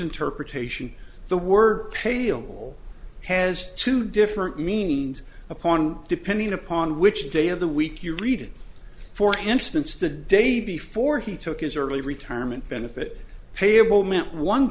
interpretation the word pale has two different means upon depending upon which day of the week you read for instance the day before he took his early retirement benefit payable